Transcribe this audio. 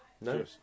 No